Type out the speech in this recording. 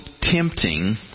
tempting